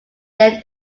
then